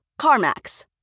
CarMax